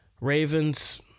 Ravens